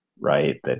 right